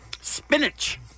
Spinach